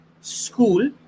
school